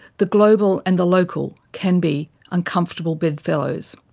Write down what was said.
the global and the local can be uncomfortable bedfellows.